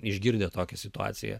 išgirdę tokią situaciją